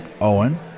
Owen